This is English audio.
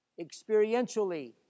experientially